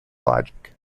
logic